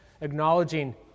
acknowledging